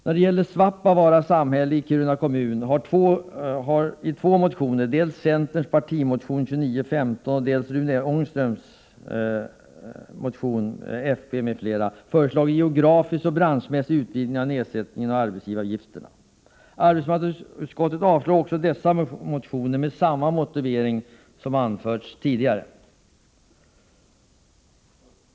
När det gäller Svappavaara samhälle i Kiruna kommun har det i två motioner — dels i centerns partimotion 2915, dels i en folkpartimotion av Rune Ångström m.fl. — föreslagits geografisk och branschmässig utvidgning av nedsättningen av arbetsgivaravgiften. Arbetsmarknadsutskottet avstyrker också dessa motioner med samma motivering som anförts tidigare.